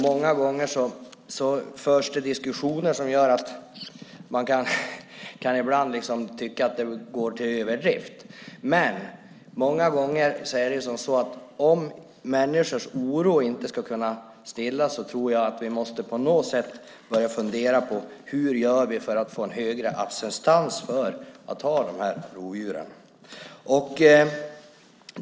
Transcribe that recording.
Många gånger förs diskussioner som gör att man kan tycka att det går till överdrift. Men om människors oro ska kunna stillas måste vi på något sätt börja fundera på hur vi ska göra för att få en högre acceptans för dessa rovdjur.